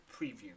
preview